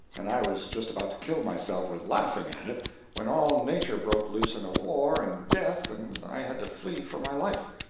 and i was just about to kill myself with laughing at it when all nature broke loose in war and death and i had to flee for my life.